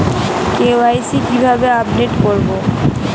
KYC কিভাবে update করব?